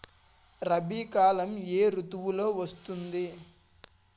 రబీ కాలం ఏ ఋతువులో వస్తుంది?